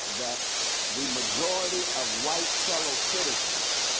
that the majority of white fellow citizens